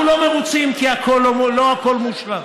אנחנו לא מרוצים, כי לא הכול מושלם.